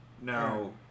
Now